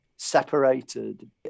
Separated